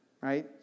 right